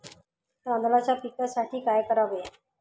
तांदळाच्या पिकाच्या वाढीसाठी काय करावे?